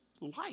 life